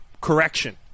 correction